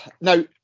Now